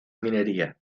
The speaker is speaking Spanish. minería